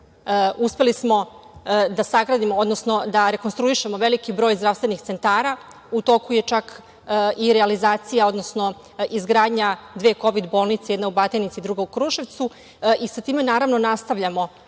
odnosno da rekonstruišemo veliki broj zdravstvenih centara. U toku je čak i realizacija, odnosno izgradnja dve kovid bolnice, jedna u Batajnici, druga u Kruševcu, i sa time nastavljamo.